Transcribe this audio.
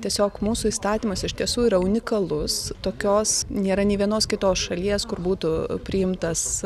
tiesiog mūsų įstatymas iš tiesų yra unikalus tokios nėra nė vienos kitos šalies kur būtų priimtas